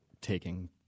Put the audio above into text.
taking